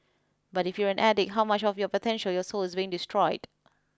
but if you're an addict how much of your potential your soul is being destroyed